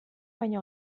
baino